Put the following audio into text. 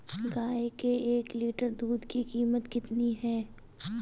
गाय के एक लीटर दूध की कीमत कितनी है?